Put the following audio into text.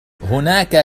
هناك